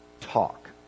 talk